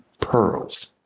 pearls